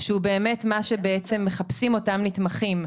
שהוא באמת מה שבעצם מחפשים אותם נתמכים,